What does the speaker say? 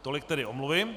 Tolik tedy omluvy.